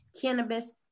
Cannabis